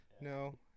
No